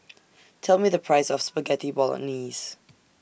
Tell Me The Price of Spaghetti Bolognese